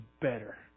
better